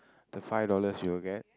the five dollars you'll get